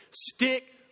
Stick